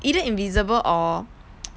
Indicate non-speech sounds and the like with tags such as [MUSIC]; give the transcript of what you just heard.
either invisible or [NOISE]